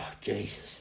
Jesus